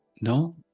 No